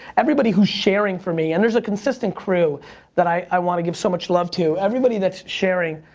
everybody who's sharing for me, and there's a consistent crew that i wanna give so much love to, everybody that's sharing,